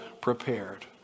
prepared